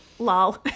Lol